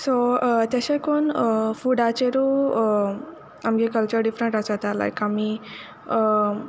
so तेशें कोन्न फुडाचेरूय आमगे कल्चर डिफरंट आसोता लायक आमी